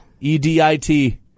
E-D-I-T